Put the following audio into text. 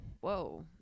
whoa